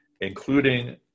including